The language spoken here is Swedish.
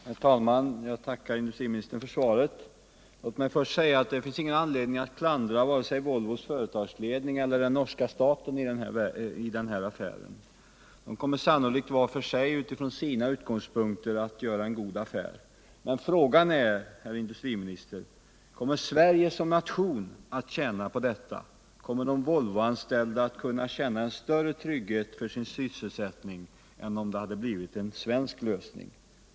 Herr talman! Jag tackar industriministern för svaret. Låt mig först säga att det inte finns någon anledning att klandra vare sig Volvos företagsledning eller den norska staten i den här affären. De kommer sannolikt var för sig utifrån sina utgångspunkter att göra en god affär. Men frågan är, herr industriminister: Kommer Sverige som nation att tjäna på detta? Kommer de Volvoanställda att kunna känna större trygghet för sin sysselsättning än om det blivit en svensk lösning?